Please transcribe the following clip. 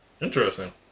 Interesting